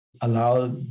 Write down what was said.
Allow